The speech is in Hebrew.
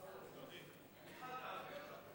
חמש דקות,